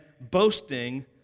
boasting